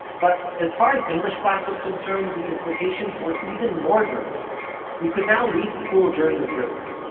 but as far as english class was concerned the implications were even more dramatic we could now leave school during the break,